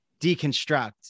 deconstruct